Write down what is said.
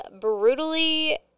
brutally